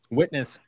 witness